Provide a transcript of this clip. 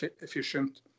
efficient